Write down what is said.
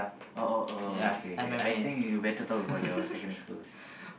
oh oh oh okay okay I think you better talk about your secondary school C_C_A